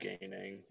gaining